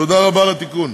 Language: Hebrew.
תודה רבה על התיקון.